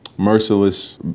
merciless